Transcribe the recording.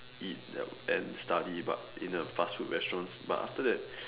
eat and study but in a fast food restaurants but after that